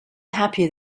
happy